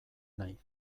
nahi